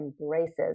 embraces